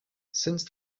since